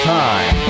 time